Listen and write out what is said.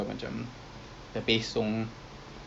not pergi maghrib I mean